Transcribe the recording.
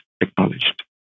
acknowledged